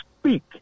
speak